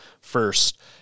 First